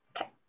Okay